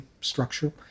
structure